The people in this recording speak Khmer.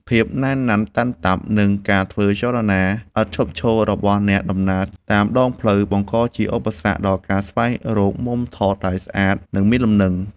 ភាពណែនណាន់តាន់តាប់ និងការធ្វើចលនាឥតឈប់ឈររបស់អ្នកដំណើរតាមដងផ្លូវ បង្កជាឧបសគ្គដល់ការស្វែងរកមុំថតដែលស្អាត និងមានលំនឹង។